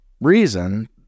reason